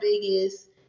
biggest